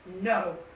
no